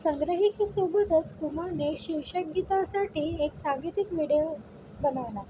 संग्रहिकसोबतच कुमाने शिर्षकगीतासाठी एक सांगितिक विडिओ बनवला